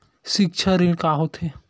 सिक्छा ऋण का होथे?